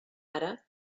ara